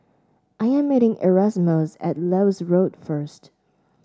I am meeting Erasmus at Lewis Road first